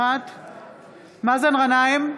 גנאים,